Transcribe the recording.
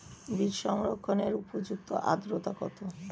বীজ সংরক্ষণের উপযুক্ত আদ্রতা কত?